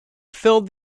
filled